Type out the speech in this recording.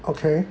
okay